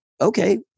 okay